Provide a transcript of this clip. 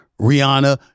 Rihanna